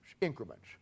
increments